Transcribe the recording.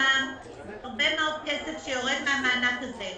הרבה מאוד כסף שיורד מהמענק הזה.